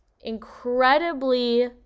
incredibly